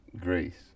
Grace